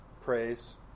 praise